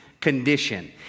condition